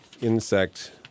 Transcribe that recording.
insect